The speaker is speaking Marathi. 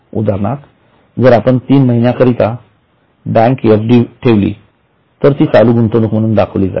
उदाहरणार्थ जर आपण तीन महिन्याक रिताची बँक एफडी ठेवली तर ती चालू गुंतवणूक म्हणून दाखविली जाईल